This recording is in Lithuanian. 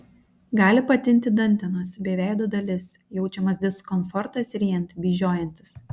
gali patinti dantenos bei veido dalis jaučiamas diskomfortas ryjant bei žiojantis